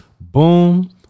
boom